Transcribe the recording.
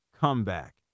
comeback